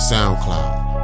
SoundCloud